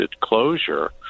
closure